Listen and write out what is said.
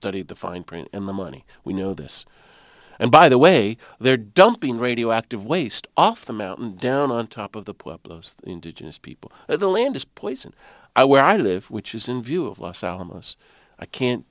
studied the fine print in the money we know this and by the way they're dumping radioactive waste off the mountain down on top of the pueblos indigenous people the land is poison i where i live which is in view of los alamos i can't